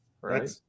Right